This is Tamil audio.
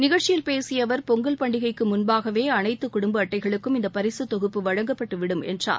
நிகழ்ச்சியில் பேசிய அவர் பொங்கல் பண்டிகைக்கு முன்பாகவே அனைத்து குடும்ப அட்டைகளுக்கும் இந்த பரிசுத் தொகுப்பு வழங்கப்பட்டுவிடும் என்றார்